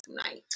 tonight